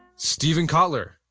steven kotler,